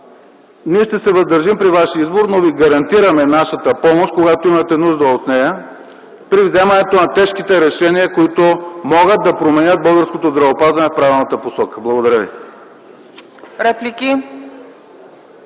Ние ще се въздържим при Вашия избор, но Ви гарантираме нашата помощ, когато имате нужда от нея при вземането на тежките решения, които могат да променят българското здравеопазване в правилна посока. Благодаря.